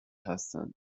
هستند